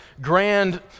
grand